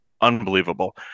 unbelievable